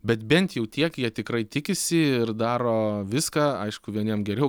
bet bent jau tiek jie tikrai tikisi ir daro viską aišku vieniem geriau